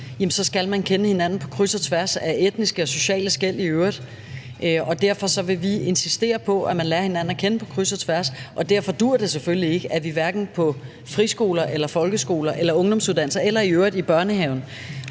så skal man kende hinanden på kryds og tværs af etniske og sociale skel. Derfor vil vi insistere på, at man lærer hinanden at kende på kryds og tværs, og derfor duer det selvfølgelig ikke, at vi på friskoler eller folkeskoler eller ungdomsuddannelser eller i børnehaven